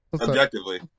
Objectively